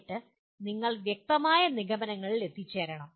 എന്നിട്ട് നിങ്ങൾ വ്യക്തമായ നിഗമനങ്ങളിൽ എത്തിച്ചേരണം